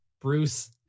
Bruce